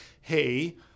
hey